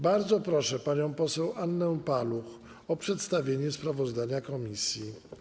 Bardzo proszę panią poseł Annę Paluch o przedstawienie sprawozdania komisji.